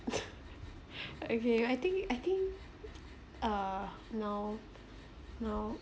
okay I think I think uh now now